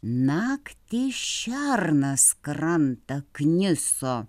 naktį šernas krantą kniso